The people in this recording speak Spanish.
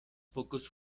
pocos